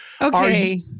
Okay